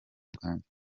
bwanjye